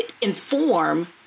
inform